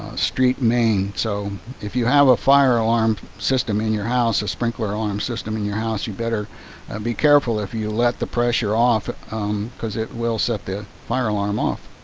street main. so if you have a fire alarm system in your house. a sprinkler alarm system in your house. you better be careful if you let the pressure off because it will set the ah fire alarm off.